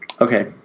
Okay